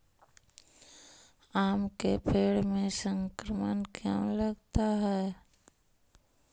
आम के पेड़ में संक्रमण क्यों लगता है?